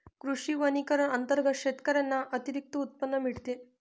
कृषी वनीकरण अंतर्गत शेतकऱ्यांना अतिरिक्त उत्पन्न मिळते